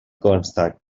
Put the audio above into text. consta